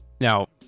Now